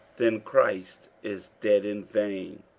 then christ is dead in vain.